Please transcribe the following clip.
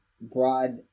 broad